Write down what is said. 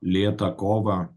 lėtą kovą